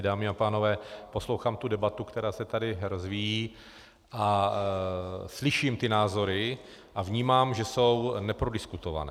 Dámy a pánové, poslouchám tu debatu, která se tady rozvíjí, slyším ty názory a vnímám, že jsou neprodiskutované.